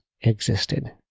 existed